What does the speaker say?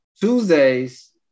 tuesdays